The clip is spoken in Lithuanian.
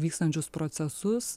vykstančius procesus